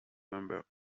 member